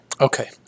okay